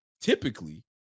typically